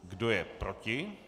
Kdo je proti?